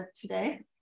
today